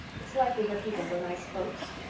it's likely her people were nice folks.